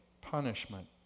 punishment